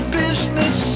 business